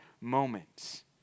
moments